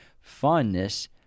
fondness